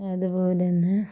അത്പോലെ തന്നെ